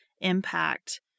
impact